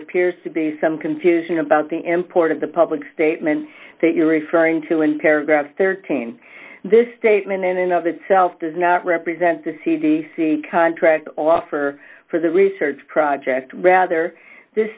appears to be some confusion about the import of the public statement that you are referring to in paragraph thirteen this statement in and of itself does not represent the c d c contract offer for the research project rather this